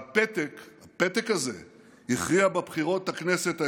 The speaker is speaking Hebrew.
והפתק הזה הכריע בבחירות לכנסת העשרים-וחמש.